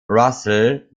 russell